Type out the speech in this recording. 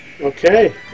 Okay